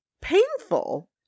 painful